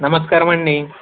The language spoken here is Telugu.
నమస్కారమండి